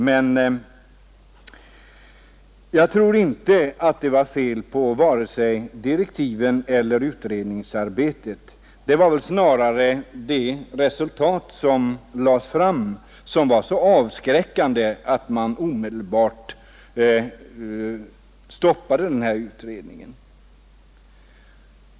Men jag tror inte att det var fel på vare sig direktiven eller utredningsarbetet. Det var väl snarare de resultat som lades fram som var så avskräckande att man omedelbart stoppade den här utredningen.